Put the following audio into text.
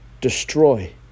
destroy